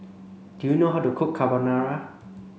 do you know how to cook Carbonara